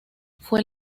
fue